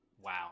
Wow